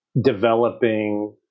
developing